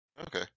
Okay